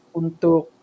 untuk